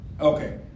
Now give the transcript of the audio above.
okay